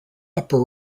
upper